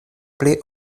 pli